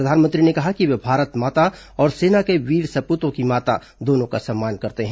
प्रधानमंत्री ने कहा कि वे भारत माता और सेना के वीर सपूतों की माता दोनों का सम्मान करते हैं